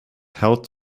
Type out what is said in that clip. held